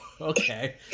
okay